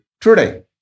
today